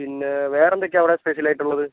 പിന്നെ വേറെ എന്തൊക്കെയാ അവിടെ സ്പെഷ്യലായിട്ടുള്ളത്